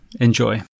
Enjoy